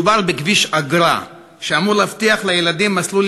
מדובר בכביש אגרה שאמור להבטיח לילדים מסלול